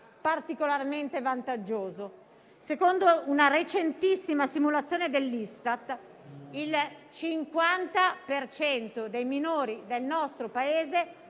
particolarmente vantaggioso. Secondo una recentissima simulazione dell'Istat, il 50 per cento dei minori del nostro Paese